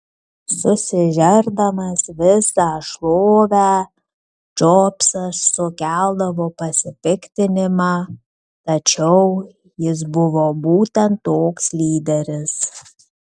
susižerdamas visą šlovę džobsas sukeldavo pasipiktinimą tačiau jis buvo būtent toks lyderis